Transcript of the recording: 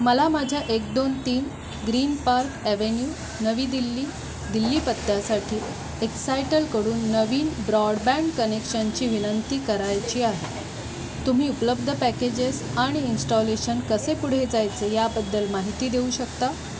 मला माझ्या एक दोन तीन ग्रीन पार्क अव्हेन्यू नवी दिल्ली दिल्ली पत्त्यासाठी एक्सायटलकडून नवीन ब्रॉडबँड कनेक्शनची विनंती करायची आहे तुम्ही उपलब्ध पॅकेजेस आणि इन्स्टॉलेशन कसे पुढे जायचे याबद्दल माहिती देऊ शकता